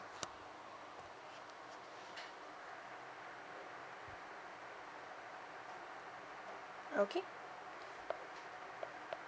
okay